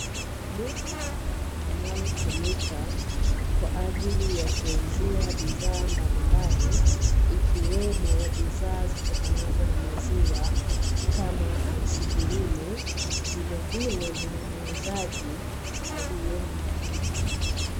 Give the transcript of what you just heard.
Duka linalotumika kwa ajili ya kuuzia bidhaa mbalimbali ikiwemo bidhaa zinazotokana na maziwa kama aiskrimu, vilevile lina muuzaji aliye ndani.